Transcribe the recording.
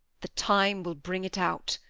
the time will bring it out.